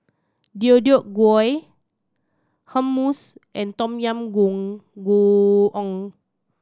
Deodeok Gui Hummus and Tom Yam Goong